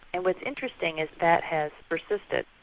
and what's interesting is that has persisted.